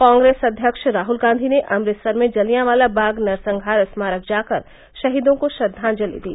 कांग्रेस अध्यक्ष राहुल गांधी ने अमृतसर में जलियावाला बाग नरसंहार स्मारक जाकर शहीदों को श्रद्वांजलि दी